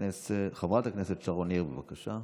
חברת הכנסת שרון ניר, בבקשה.